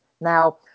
Now